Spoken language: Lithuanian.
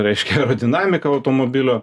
raiškia dinamiką automobilio